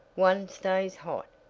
one stays hot,